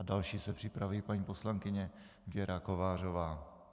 Další se připraví paní poslankyně Věra Kovářová.